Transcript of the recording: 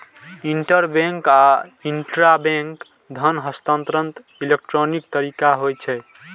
interbank आ intrabank धन हस्तांतरण इलेक्ट्रॉनिक तरीका होइ छै